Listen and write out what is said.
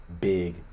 big